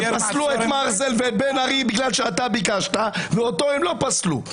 הם פסלו את מרזל ואת בן ארי בגלל שאתה ביקשת ואותו הם לא פסלו,